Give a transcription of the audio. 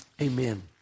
Amen